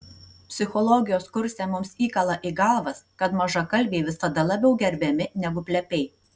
psichologijos kurse mums įkala į galvas kad mažakalbiai visada labiau gerbiami negu plepiai